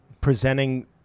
presenting